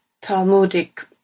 Talmudic